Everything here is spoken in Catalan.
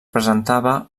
presentava